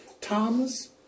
Thomas